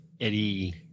Eddie –